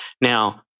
Now